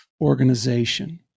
organization